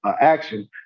action